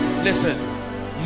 listen